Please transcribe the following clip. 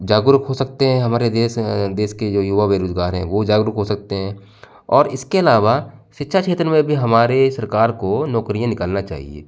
जागरूक हो सकते हैं हमारे देश अ देश के जो युवा बेरोजगार हैं वो जागरूक हो सकते हैं और इसके अलावा शिक्षा क्षेत्र में भी हमारे सरकार को नौकरियाँ निकालना चाहिए